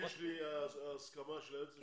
יש לי הסכמה של היועצת המשפטית.